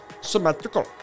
Symmetrical